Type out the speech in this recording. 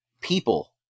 people